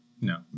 No